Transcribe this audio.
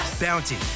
Bounty